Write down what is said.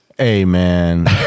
Amen